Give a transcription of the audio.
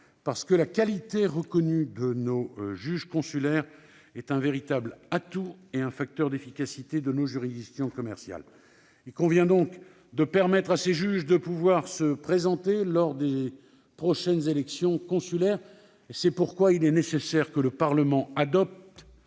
parce que la qualité reconnue des juges consulaires est un véritable atout et un facteur d'efficacité de nos juridictions commerciales. Ces juges doivent donc pouvoir se présenter aux prochaines élections consulaires : c'est pourquoi il est nécessaire que le Parlement adopte